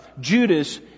Judas